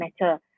matter